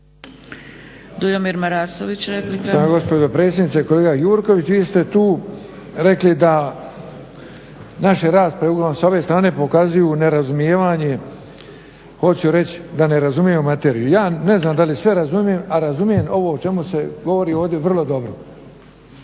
Dujomir Marasović, replika.